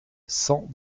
cent